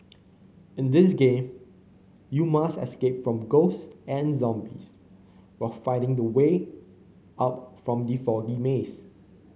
in this game you must escape from ghosts and zombies while finding the way out from the foggy maze